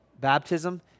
baptism